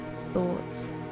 thoughts